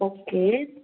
okay